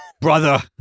brother